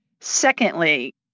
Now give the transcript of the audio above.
Secondly